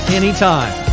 anytime